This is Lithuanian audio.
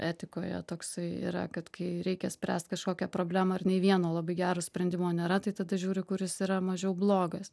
etikoje toksai yra kad kai reikia spręst kažkokią problemą ir nei vieno labai gero sprendimo nėra tai tada žiūri kuris yra mažiau blogas